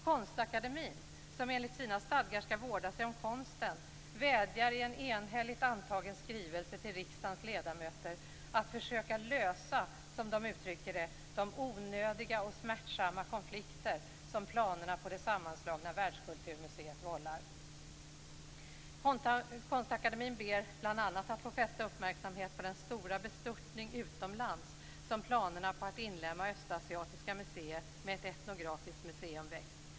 Konstakademien, som enligt sina stadgar skall vårda sig om konsten, vädjar i en enhälligt antagen skrivelse till riksdagens ledamöter att försöka lösa, som man uttrycker det "de onödiga och smärtsamma konflikter som planerna på det sammanslagna att få fästa uppmärksamheten på den stora bestörtning utomlands som planerna på att inlemma Östasiatiska museet med ett etnografiskt museum väckt.